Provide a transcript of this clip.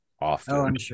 often